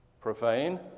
profane